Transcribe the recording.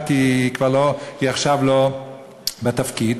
כי היא עכשיו לא בתפקיד,